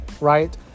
Right